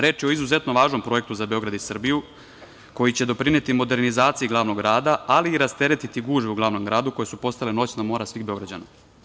Reč je o izuzetno važnom projektu za Beograd i Srbiju, koji će doprineti modernizaciji glavnog grada, ali i rasteretiti gužve u glavnom gradu koje su postale noćna mora svih Beograđana.